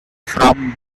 from